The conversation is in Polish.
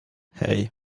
hej